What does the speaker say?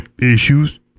issues